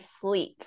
sleep